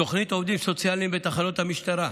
תוכנית עובדים סוציאליים בתחנות המשטרה,